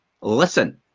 listen